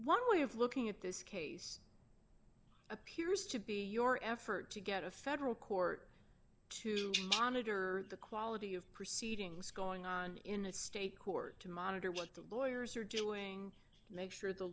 one way of looking at this case appears to be your effort to get a federal court to geometer the quality of proceedings going on in a state court to monitor what the lawyers are doing and make sure the